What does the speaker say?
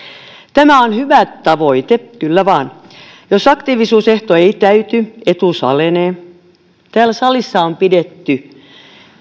tämä on hyvä tavoite kyllä vain jos aktiivisuusehto ei täyty etuus alenee täällä salissa on pidetty